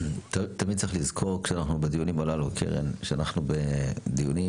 תמיד צריך לזכור, כשאנחנו בדיונים